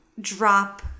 drop